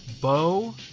bo